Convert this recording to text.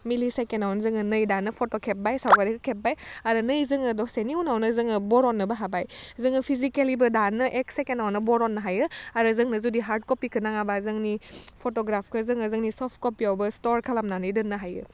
मिलि सेकेण्डआवनो जोङो नै दानो फट' खेब्बाय सावगारि खेब्बाय आरो नै जोङो दसेनि उनावनो जोङो बरननोबो हाबाय जोङो फिजिकेलिबो दानो एक सेकेण्डआवनो बरननो हायो आरो जोंनो जुदि हार्ड कपिखौ नाङाबा जोंनि फट'ग्राफखौ जोङो जोंनि सफ्ट कपियावबो स्टर खालामनानै दोननो हायो